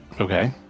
Okay